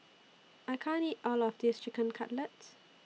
I can't eat All of This Chicken Cutlet